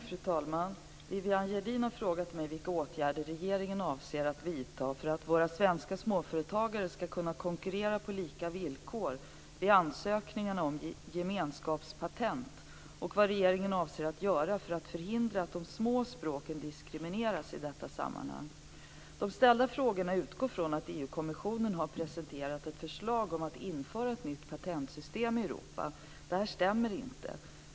Fru talman! Viviann Gerdin har frågat mig vilka åtgärder regeringen avser att vidta för att våra svenska småföretagare skall kunna konkurrera på lika villkor vid ansökningarna om gemenskapspatent och vad regeringen avser att göra för att förhindra att de små språken diskrimineras i detta sammanhang. De ställda frågorna utgår från att EU kommissionen har presenterat ett förslag om att införa ett nytt patentsystem i Europa. Detta stämmer inte.